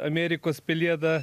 amerikos pelieda